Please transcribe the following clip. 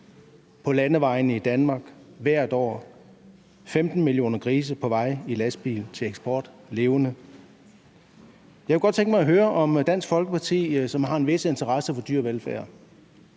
På landevejene i Danmark: Hvert år 15 millioner levende grise på vej i lastbiler til eksport. Jeg kunne godt tænke mig at høre, om Dansk Folkeparti, som har en vis interesse for dyrevelfærd,